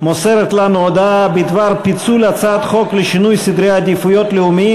הכספים בדבר פיצול הצעת חוק לשינוי סדרי עדיפויות לאומיים